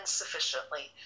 sufficiently